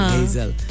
Hazel